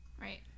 Right